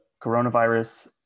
coronavirus